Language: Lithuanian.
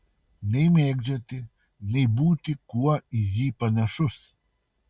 nei mėgdžioti nei būti kuo į jį panašus